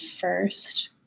first